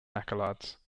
accolades